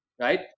right